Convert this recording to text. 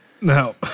No